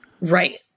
Right